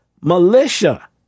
militia